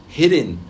hidden